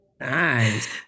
Nice